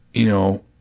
you know,